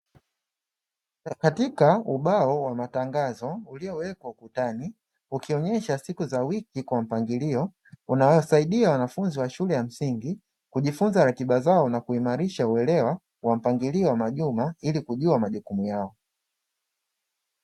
Katika ubao wa matangazo, uliowekwa ukutani ukionyesha siku za wiki kwa mpangilio, unaowasaidia wanafunzi wa shule ya msingi kujifunza ratiba zao na kuimarisha uelewa wa mpangilio wa majuma, ili kujua majukumu yao.